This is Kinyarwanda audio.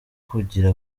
kugira